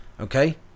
Okay